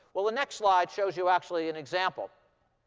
well, the next slide shows you, actually, an example.